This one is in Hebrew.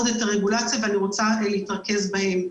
את הרגולציה ואני רוצה להתרכז בהם.